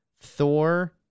Thor